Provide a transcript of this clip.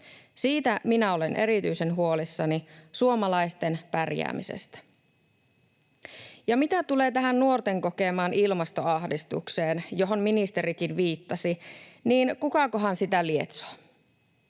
Siitä minä olen erityisen huolissani, suomalaisten pärjäämisestä. Ja mitä tulee tähän nuorten kokemaan ilmastoahdistukseen, johon ministerikin viittasi, niin kukakohan sitä lietsoo?